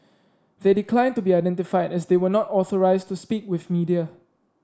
they declined to be identified as they were not authorised to speak with media